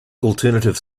alternative